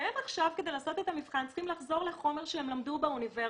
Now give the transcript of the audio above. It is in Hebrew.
ועכשיו כדי לעשות את המבחן הם צריכים לחזור לחומר שהם למדו באוניברסיטה.